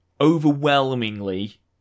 overwhelmingly